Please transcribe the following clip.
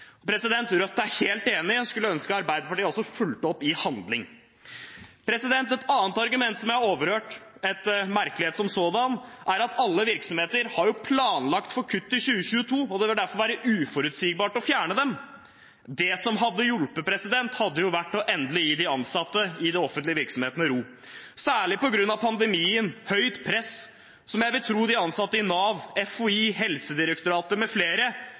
er helt enig og skulle ønske Arbeiderpartiet også fulgte opp i handling. Et annet argument som jeg har hørt – et merkelig et som sådant – er at alle virksomheter har planlagt for kutt i 2022, og det vil derfor være uforutsigbart å fjerne dem. Det som hadde hjulpet, hadde vært å endelig gi de ansatte i de offentlige virksomhetene ro. Særlig på grunn av pandemien og høyt press vil jeg tro de ansatte i Nav, FHI, Helsedirektoratet